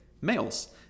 males